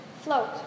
float